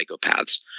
psychopaths